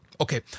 Okay